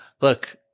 look